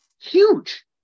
Huge